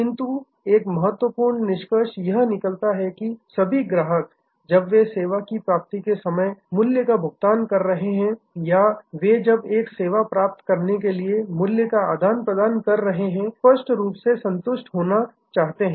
किंतु एक महत्वपूर्ण निष्कर्ष यह निकलता है कि सभी ग्राहक जब वे सेवा की प्राप्ति के समय मूल्य का भुगतान कर रहे हैं या वे जब एक सेवा प्राप्त करने के लिए मूल्य का आदान प्रदान कर रहे हैं स्पष्ट रूप से संतुष्ट होना चाहते हैं